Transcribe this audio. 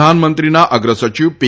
પ્રધાનમંત્રીના અગ્ર સચિવ પી